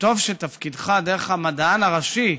שטוב שבתפקידך, דרך המדען הראשי,